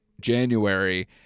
January